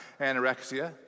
anorexia